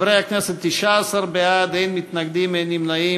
חברי הכנסת, 19 בעד, אין מתנגדים, אין נמנעים.